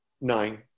nine